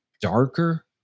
darker